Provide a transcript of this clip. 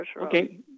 Okay